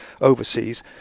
overseas